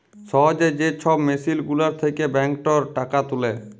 সহজে যে ছব মেসিল গুলার থ্যাকে ব্যাংকটর টাকা তুলে